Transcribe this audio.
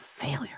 failure